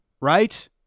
right